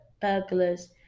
burglars